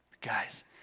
Guys